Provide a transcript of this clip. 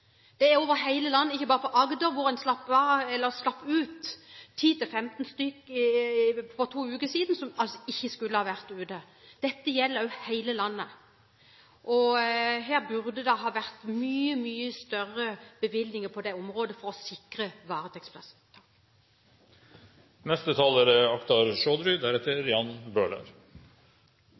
som er glemt i denne debatten, og det er faktisk det prekære i varetektssituasjonen. Dette gjelder over hele landet, ikke bare i Agder, hvor en slapp ut 10–15 stykker for to uker siden som altså ikke skulle ha vært ute. Dette gjelder over hele landet. Det burde ha vært mye, mye større bevilgninger på dette området for å sikre varetektsplasser.